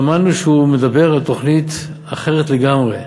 שמענו שהוא מדבר על תוכנית אחרת לגמרי,